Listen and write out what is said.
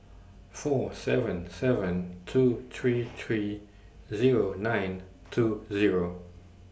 four seven seven two three three Zero nine two Zero